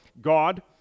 God